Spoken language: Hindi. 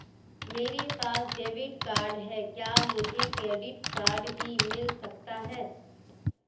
मेरे पास डेबिट कार्ड है क्या मुझे क्रेडिट कार्ड भी मिल सकता है?